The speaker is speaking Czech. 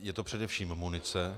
Je to především munice.